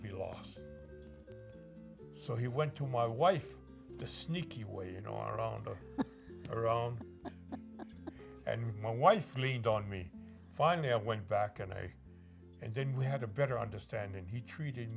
be lost so he went to my wife the sneaky way in our own and my wife leaned on me finally i went back and i and then we had a better understanding he treated